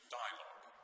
dialogue